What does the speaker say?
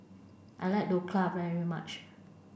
I like Dhokla very much